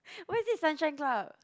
why is it sunshine club